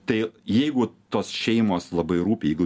tai jeigu tos šeimos labai rūpi jeigu